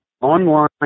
online